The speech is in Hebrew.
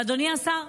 ואדוני השר,